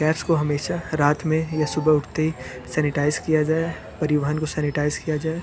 cabs को हमेशा रात में या सुबह उठते ही सेनिटाइज़ किया जाए परिवहन को सेनिटाइज़ किया जाए